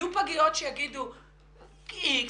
יהיו פגיות שיאמרו איקס,